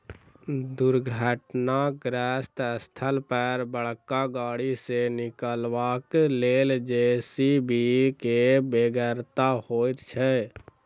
दुर्घटनाग्रस्त स्थल पर बड़का गाड़ी के निकालबाक लेल जे.सी.बी के बेगरता होइत छै